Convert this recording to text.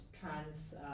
trans